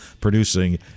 producing